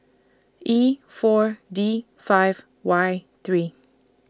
E four D five Y three